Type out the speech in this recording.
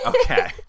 Okay